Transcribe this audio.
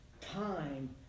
Time